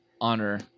Honor